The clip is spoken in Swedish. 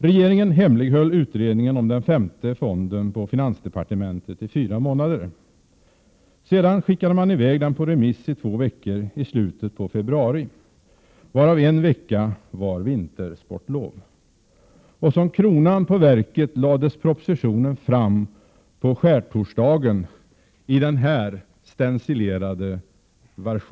Regeringen hemlighöll utredningen om den femte AP-fonden på finansdepartementet i fyra månader. Sedan skickade man i väg utredningen på remiss i två veckor i slutet på februari — varav en vecka var vintersportlov. Som kronan på verket lades propositionen fram på skärtorsdagen i stencilerad form.